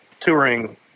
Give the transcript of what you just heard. touring